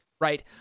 right